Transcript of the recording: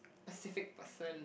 specific person